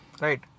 right